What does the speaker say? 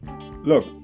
Look